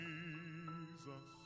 Jesus